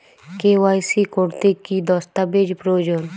KYC করতে কি দস্তাবেজ প্রয়োজন?